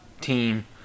team